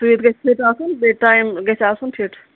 سُوِتھ گَژھِ ٹھیک آسُن بیٚیہِ ٹایم گَژھِ آسُن فِٹ